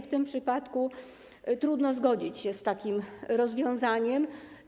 W tym przypadku trudno zgodzić się z takim rozwiązaniem.